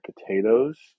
potatoes